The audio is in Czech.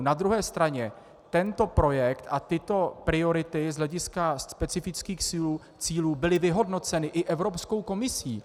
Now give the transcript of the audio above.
Na druhé straně tento projekt a tyto priority z hlediska specifických cílů byly vyhodnoceny i Evropskou komisí.